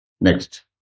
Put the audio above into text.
Next